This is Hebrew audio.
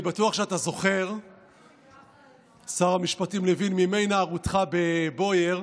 אני בטוח שאתה זוכר מימי נערותך בבויאר,